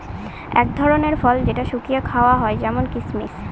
এক ধরনের ফল যেটা শুকিয়ে খাওয়া হয় যেমন কিসমিস